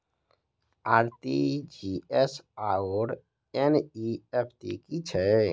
RTGS आओर NEFT की छैक?